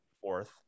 fourth